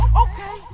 okay